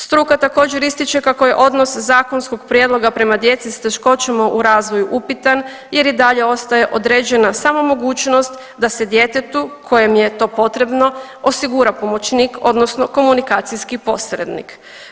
Struka također ističe kako je odnos zakonskog prijedloga prema djeci s teškoćama u razvoju upitan jer i dalje ostaje određena samo mogućnost da se djetetu kojem je to potrebno osigura pomoćnik odnosno komunikacijski posrednik.